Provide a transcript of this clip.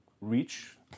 reach